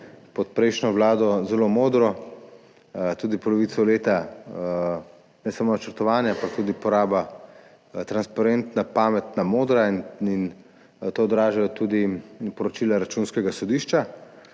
pod prejšnjo vlado zelo modro, polovico leta je bilo ne samo načrtovanje, ampak tudi poraba transparentna, pametna, modra in to odražajo tudi poročila Računskega sodišča.